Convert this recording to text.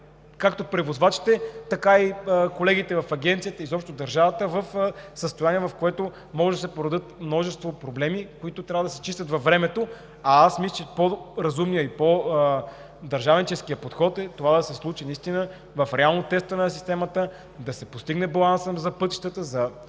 както превозвачите, така и колегите в Агенцията, изобщо държавата, в състояние, в което може да се породят множество проблеми и да се чистят във времето. Мисля, че по разумният и по-държавническият подход е това да се случи наистина в реално тестване на системата, да се постигне балансът за пътищата,